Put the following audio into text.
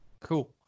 Cool